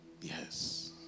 Yes